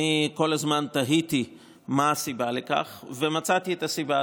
אני כל הזמן תהיתי מה הסיבה לכך ומצאתי את הסיבה,